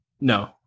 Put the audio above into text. No